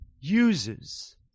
uses